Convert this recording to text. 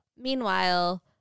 Meanwhile